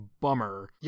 bummer